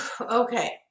Okay